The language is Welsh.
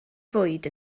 fwyd